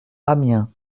amiens